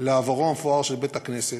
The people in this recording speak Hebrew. לעברו המפואר של בית-הכנסת,